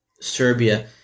Serbia